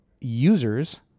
users